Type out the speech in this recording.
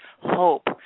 hope